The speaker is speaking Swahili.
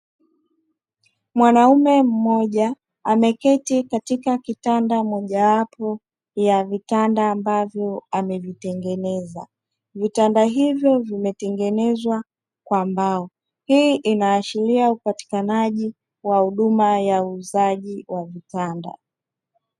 Mwanaume mmoja ameketi katika kitabda moja wapo ya vitanda ambavyo amevitengeneza. Vitanda hivyo vimetengenezwa kwa mbao. Hii inaashiria upatikanaji wa huduma ya uuzaji wa vitanda.